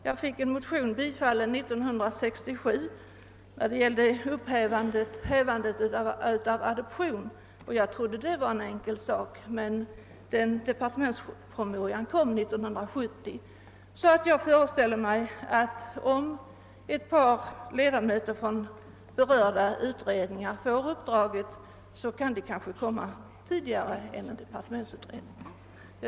Jag fick en motion om ändring i rätten att häva adoption bifallen 1967, och det trodde jag var en enkel sak, men <departementspromemorian kom inte förrän 1970. Jag föreställer mig därför att om ett par ledamöter från berörda utredningar får detta upp drag, så kan resultatet kanske föreligga tidigare än om departementet skall göra utredningen. Herr talman!